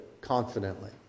confidently